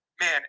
man